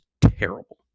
terrible